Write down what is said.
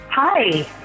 Hi